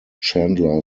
chandler